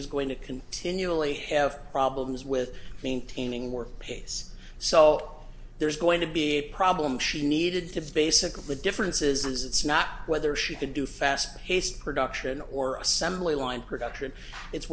was going to continually have problems with maintaining more pace so there's going to be a problem she needed to basically differences it's not whether she could do fast paced production or assembly line production it's